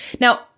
Now